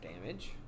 damage